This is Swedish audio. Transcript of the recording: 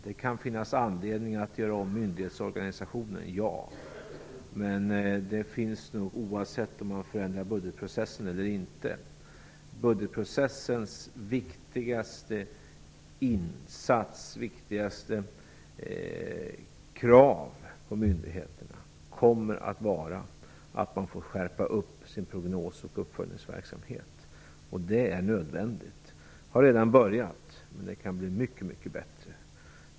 Det kan finnas anledning att förändra myndighetsorganisationen, ja, men det behovet finns nog oavsett om man förändrar budgetprocessen eller inte. Budgetprocessens viktigaste krav på myndigheterna kommer att vara att de får skärpa upp sina prognoser och sin uppföljningsverksamhet. Detta är nödvändigt. Den verksamheten har redan börjat, men den kan bli mycket bättre.